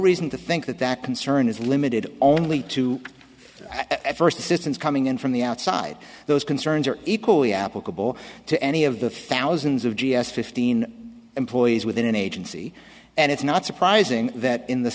reason to think that that concern is limited only to i first assistance coming in from the outside those concerns are equally applicable to any of the thousands of g s fifteen employees within an agency and it's not surprising that in the